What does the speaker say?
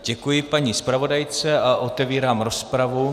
Děkuji paní zpravodajce a otevírám rozpravu.